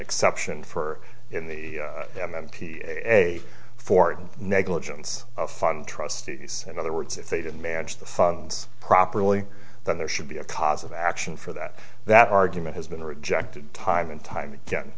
exception for in the m m p a fortan negligence of fun trustees in other words if they didn't manage the funds properly then there should be a cause of action for that that argument has been rejected time and time again